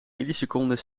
milliseconden